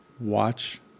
watch